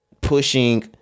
pushing